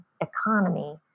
economy